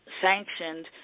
sanctioned